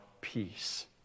peace